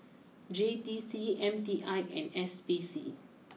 J T C M T I and S P C